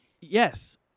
Yes